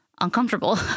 uncomfortable